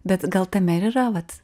bet gal tame ir yra vat